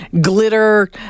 glitter